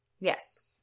Yes